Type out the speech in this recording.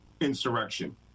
insurrection